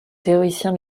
théoricien